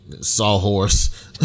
sawhorse